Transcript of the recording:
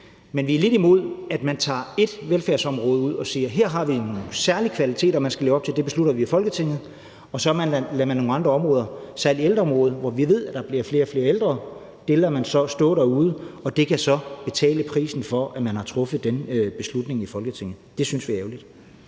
Men vi er lidt imod, at man tager ét velfærdsområde ud og siger, at man her har nogle særlige kvaliteter, man skal leve op til, for det beslutter vi i Folketinget, og så lader man nogle andre områder – særlig ældreområdet, hvor vi ved at der bliver flere og flere ældre – betale prisen for, at man har truffet den beslutning i Folketinget; det synes vi er ærgerligt.